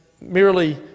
merely